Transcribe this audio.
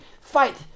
fight